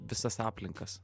visas aplinkas